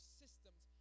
systems